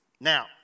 Now